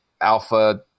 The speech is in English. Alpha